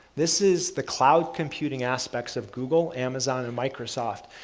this is the cloud computing aspects of google, amazon and microsoft.